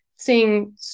seeing